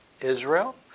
Israel